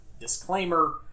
disclaimer